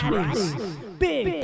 Big